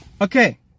Okay